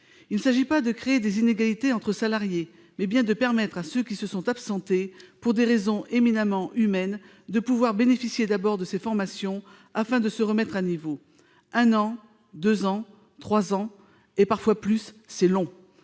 Il s'agit non pas de créer des inégalités entre salariés, mais bien de permettre à ceux qui se sont absentés pour des raisons éminemment humaines, de bénéficier d'abord de ces formations, afin de se remettre à niveau. Une absence d'un an, de deux ans, de trois ans- parfois plus encore